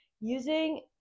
using